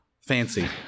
Fancy